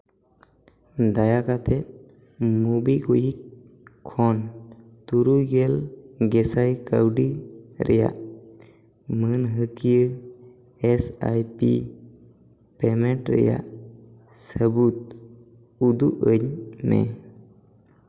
ᱫᱟᱭᱟ ᱠᱟᱛᱮ ᱢᱳᱵᱤᱠᱩᱭᱤᱠ ᱠᱷᱚᱱ ᱛᱩᱨᱩᱭ ᱜᱮᱞ ᱜᱮᱥᱟᱭ ᱠᱟᱹᱣᱰᱤ ᱨᱮᱭᱟᱜ ᱢᱟᱹᱱᱦᱟᱹ ᱠᱤᱭᱟᱹ ᱮᱥ ᱟᱭ ᱵᱤ ᱯᱮᱢᱮᱱᱴ ᱨᱮᱭᱟᱜ ᱥᱟᱹᱵᱩᱫ ᱩᱫᱩᱜ ᱟᱹᱧ ᱢᱮ